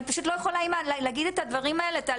אני פשוט לא יכולה להגיד את הדברים האלה.